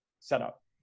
Setup